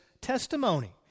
testimony